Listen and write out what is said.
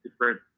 different